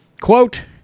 Quote